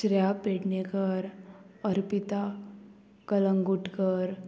Shreya Pednekar Arpita Calangutkar